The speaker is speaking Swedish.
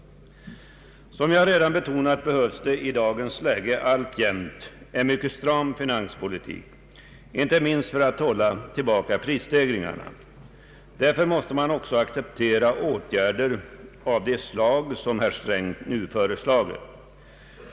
Som jag redan betonat behövs i dagens läge alltjämt en mycket stram finanspolitik, inte minst för att hålla tillbaka prisstegringarna. Därför måste man också acceptera åtgärder av det slag som herr Sträng nu föreslagit.